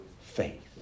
faith